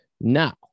now